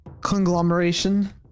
conglomeration